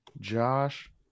Josh